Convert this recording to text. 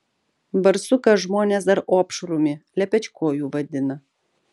barsuką žmonės dar opšrumi lepečkoju vadina